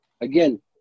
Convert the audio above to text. again